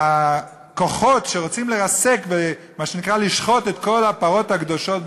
והכוחות שרוצים לרסק ומה שנקרא לשחוט את כל הפרות הקדושות,